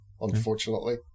unfortunately